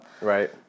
Right